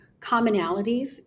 commonalities